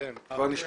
כבר בכתיבת הדוח,